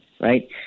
right